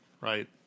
right